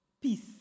Peace